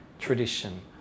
tradition